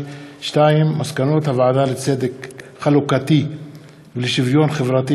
מסקנות הוועדה לצדק חלוקתי ולשוויון חברתי